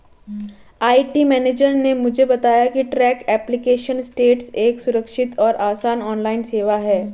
IT manager ने मुझे बताया की ट्रैक एप्लीकेशन स्टेटस एक सुरक्षित और आसान ऑनलाइन सेवा है